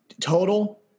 total